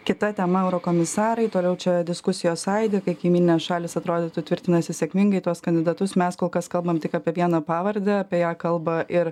kita tema eurokomisarai toliau čia diskusijos aidi kaip kaimyninės šalys atrodytų tvirtinasi sėkmingai tuos kandidatus mes kol kas kalbam tik apie vieną pavardę apie ją kalba ir